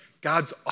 God's